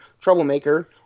troublemaker